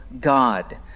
God